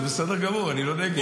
זה בסדר גמור, אני לא נגד.